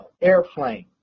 airplane